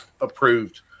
approved